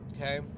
Okay